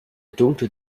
dunkle